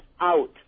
out